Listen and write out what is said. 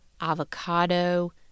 avocado